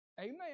amen